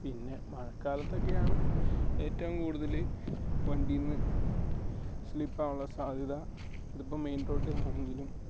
പിന്നെ മഴക്കാലത്തൊക്കെയാണ് ഏറ്റവും കൂടുതൽ വണ്ടിയിൽനിന്ന് സ്ലിപ്പ് ആവാനുള്ള സാധ്യത ഇതിപ്പം മെയിൻ റോട്ടിൽ ആണെങ്കിലും